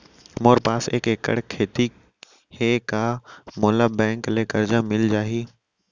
मोर पास एक एक्कड़ खेती हे का मोला बैंक ले करजा मिलिस जाही?